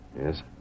Yes